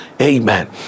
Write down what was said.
Amen